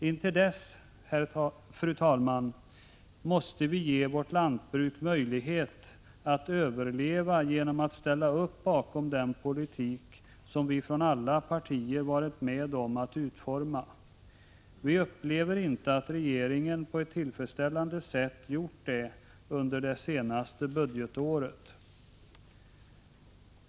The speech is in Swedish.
Intill dess, fru talman, måste vi ge vårt lantbruk möjlighet att överleva genom att ställa upp bakom den politik som vi från alla partier varit med om att utforma. Vi upplever inte att regeringen på ett tillfredsställande sätt gjort det under det senaste budgetåret.